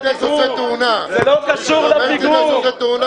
עושה תאונה,